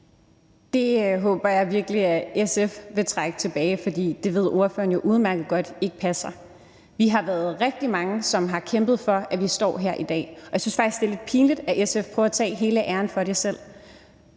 Det håber jeg virkelig at SF vil trække tilbage, fordi det ved ordføreren jo udmærket godt ikke passer. Vi har været rigtig mange, som har kæmpet for, at vi står her i dag, og jeg synes faktisk, det er lidt pinligt, at SF prøver at tage hele æren for det selv.